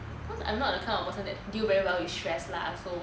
cos I'm not that type of person that deal very well with stress lah so